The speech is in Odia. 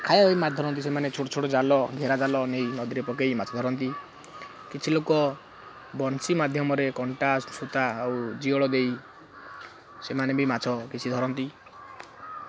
ଖାଇବା ମାଛ ଧରନ୍ତି ସେମାନେ ଛୋଟ ଛୋଟ ଜାଲ ଘେରା ଜାଲ ନେଇ ନଦୀରେ ପକେଇ ମାଛ ଧରନ୍ତି କିଛି ଲୋକ ବନ୍ସୀ ମାଧ୍ୟମରେ କଣ୍ଟା ସୁତା ଆଉ ଜିଅଳ ଦେଇ ସେମାନେ ବି ମାଛ କିଛି ଧରନ୍ତି